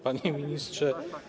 Panie Ministrze!